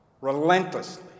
relentlessly